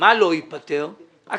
מה שלא ייפתר זה הכסף.